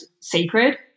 sacred